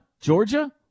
Georgia